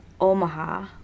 Omaha